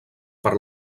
per